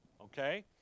Okay